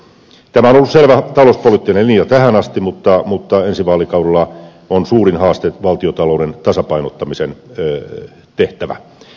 tämä on ollut selvä talouspoliittinen linja tähän asti mutta ensi vaalikaudella on suurin haaste valtiontalouden tasapainottamisen tehtävä